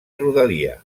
rodalia